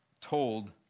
told